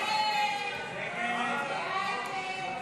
הסתייגות